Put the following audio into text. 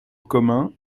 commun